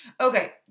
Okay